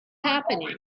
happening